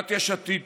סיעת יש עתיד-תל"ם